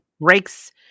breaks